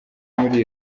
muri